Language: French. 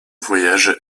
voyage